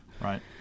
Right